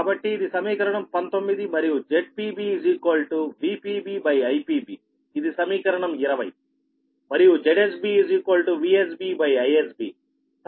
కాబట్టి ఇది సమీకరణం 19 మరియు ZpB VpBIpBఇది సమీకరణం 20 మరియు ZsB VsBIsB